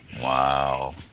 Wow